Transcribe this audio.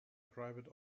private